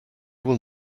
will